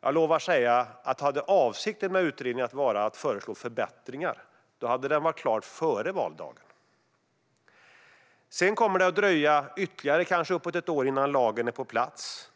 Jag lovar att om avsikten med utredningen hade varit att föreslå förbättringar hade den varit klar före valdagen. Sedan kommer det att dröja ytterligare kanske uppemot ett år innan lagen är på plats.